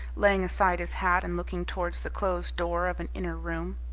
laying aside his hat, and looking towards the closed door of an inner room.